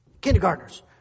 kindergartners